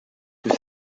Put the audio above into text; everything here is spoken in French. que